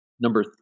Number